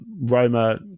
Roma